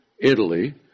Italy